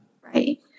Right